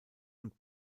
und